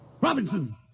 Robinson